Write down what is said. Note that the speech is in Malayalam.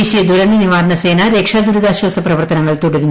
ദേശീയ ദുരന്ത നിവാരണ സേന രക്ഷാ ദുരിതാശ്വാസ പ്രവർത്തനങ്ങൾ തുടരുന്നു